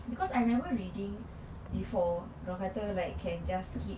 because I remember reading before dia orang kata can just keep